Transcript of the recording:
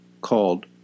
called